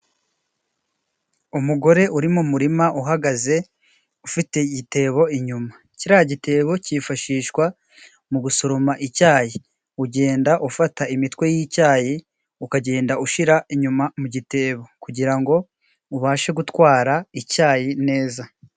Umugore uri mu murima uhagaze ufite igitebo inyuma kiriya gitebo cyifashishwa mu gusoroma icyayi ugenda ufata imitwe y'icyayi ukagenda ushira inyuma mu gitebo kugirango ubashe gutwara icyayi neza.